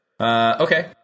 Okay